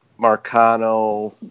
Marcano